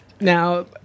Now